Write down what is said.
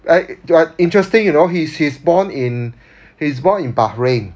I I interesting you know he's he's born in he's born in bahrain